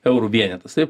eurų vienetas taip